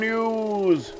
News